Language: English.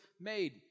made